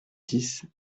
dix